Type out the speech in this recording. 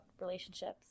relationships